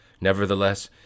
nevertheless